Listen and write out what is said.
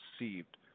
received